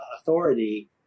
authority